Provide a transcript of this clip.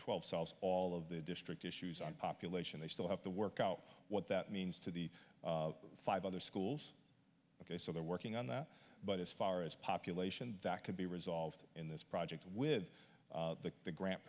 twelve solves all of the district issues on population they still have to work out what that means to the five other schools ok so we're working on that but as far as population that could be resolved in this project with the grant